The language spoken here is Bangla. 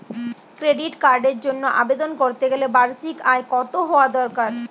ক্রেডিট কার্ডের জন্য আবেদন করতে গেলে বার্ষিক আয় কত হওয়া দরকার?